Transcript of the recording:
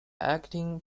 acting